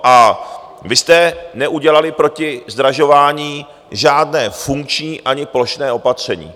A vy jste neudělali proti zdražování žádné funkční ani plošné opatření.